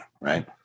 right